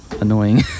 annoying